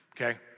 Okay